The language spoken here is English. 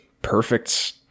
perfect